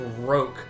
broke